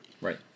Right